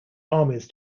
armies